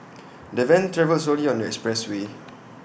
the van travelled slowly on the expressway